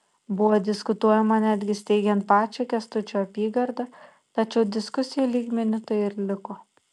buvo diskutuojama netgi steigiant pačią kęstučio apygardą tačiau diskusijų lygmeniu tai ir liko